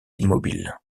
immobiles